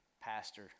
pastor